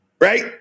right